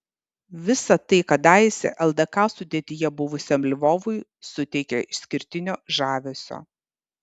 visa tai kadaise ldk sudėtyje buvusiam lvovui suteikia išskirtinio žavesio